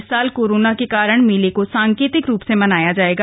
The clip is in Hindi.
इस साल कोरोना के कारण मेले को सांकेतिक रूप से मनाया जाएगा